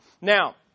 Now